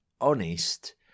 honest